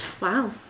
Wow